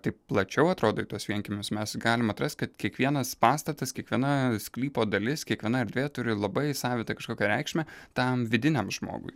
taip plačiau atrodo į tuos vienkiemius mes galime atrast kad kiekvienas pastatas kiekviena sklypo dalis kiekviena erdvė turi labai savitą kažkokią reikšmę tam vidiniam žmogui